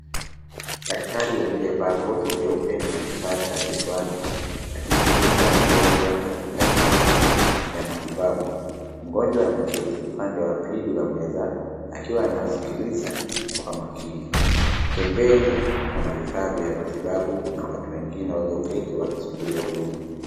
Daktari aliyevaa koti jeupe na kifaa cha kichwani akimhudumia mtoto katika kambi ya matibabu. Mgonjwa ameketi upande wa pili wa meza akiwa anaskiliza kwa makini, pembeni kuna vifaa vya matibabu na watu wengine walioketi wakisubiria huduma.